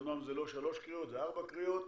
אמנם זה לא שלוש קריאות, זה ארבע קריאות,